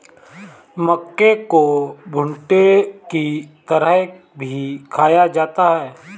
मक्के को भुट्टे की तरह भी खाया जाता है